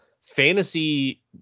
fantasy